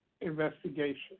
investigation